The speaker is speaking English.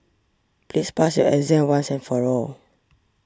please pass your exam once and for all